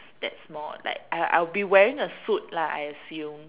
that small like I I would be wearing a suit lah I assume